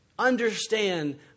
understand